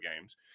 games